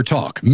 Talk